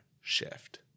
shift